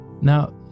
Now